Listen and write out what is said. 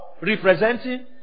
Representing